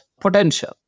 potential